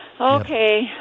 Okay